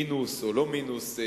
מינוס או לא מינוס,